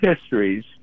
Histories